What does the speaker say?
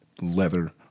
leather